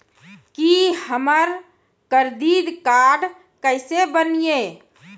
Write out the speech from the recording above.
की हमर credit card केसे बनिये?